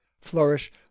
flourish